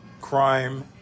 crime